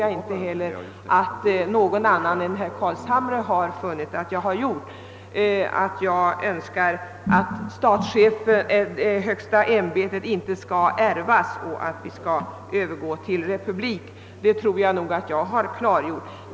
Jag tror inte heller att någon annan än herr Carlshamre kan hävda att jag inte skulle ha klargjort att jag önskar att rikets högsta ämbete, posten som statschef, inte skall ärvas utan att vi skall övergå till republikanskt styrelseskick.